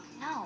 No